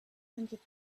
hundred